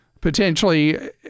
potentially